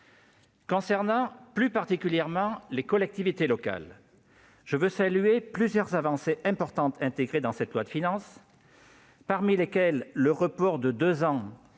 Concernant plus particulièrement les collectivités locales, je salue plusieurs avancées importantes intégrées à ce projet de loi de finances. Je pense au report de deux ans